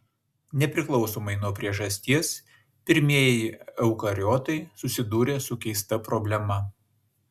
nepriklausomai nuo priežasties pirmieji eukariotai susidūrė su keista problema